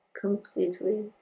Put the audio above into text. completely